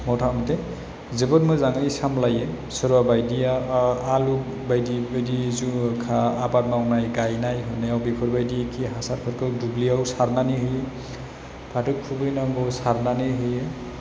मथा मथि जोबोद मोजाङै सामलायो सोरबा बायदिया आलु बायदि बायदि आबाद मावनाय गायनाय हुनायाव बेफोरबायदि खि हासारफोरखौ दुब्लियाव सारनानै होयो फाथो खुबैनांगौवाव सारनानै होयो